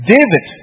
David